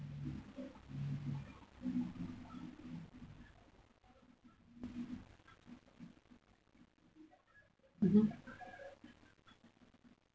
mmhmm